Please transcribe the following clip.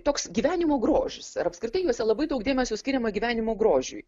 toks gyvenimo grožis ar apskritai juose labai daug dėmesio skiriama gyvenimo grožiui